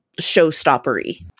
showstoppery